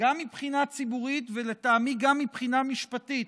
גם מבחינה ציבורית, ולטעמי גם מבחינה משפטית,